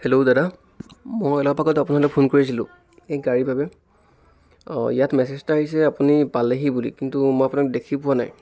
hello দাদা মই অলপ আগত আপোনালৈ ফোন কৰিছিলোঁ এই গাড়ীৰ বাবে অঁ ইয়াত মেচেজ এটা আহিছে আপুনি পালেহি বুলি কিন্তু মই আপোনাক দেখি পোৱা নাই